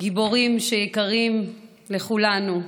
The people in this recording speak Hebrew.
גיבורים שיקרים לכולנו.